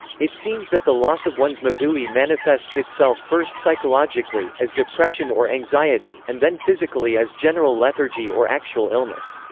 it seems that the loss of one's mabui manifests itself first psychologically, as depression or anxiety, and then physically as general lethargy or actual illness.